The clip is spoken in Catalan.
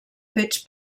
fets